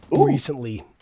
recently